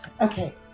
Okay